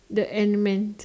the Ant Man